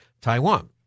Taiwan